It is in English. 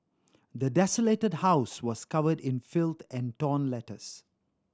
the desolated house was covered in filth and torn letters